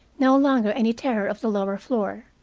no longer any terror of the lower floor.